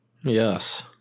Yes